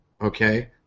okay